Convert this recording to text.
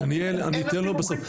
דניאל, אני אתן בסוף.